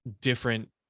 different